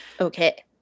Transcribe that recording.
Okay